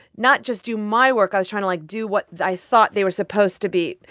not just do my work, i was trying to, like, do what i thought they were supposed to be.